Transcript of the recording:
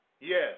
Yes